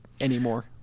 anymore